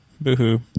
Boo-hoo